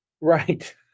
Right